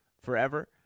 forever